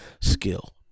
skill